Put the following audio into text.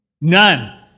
None